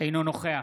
אינו נוכח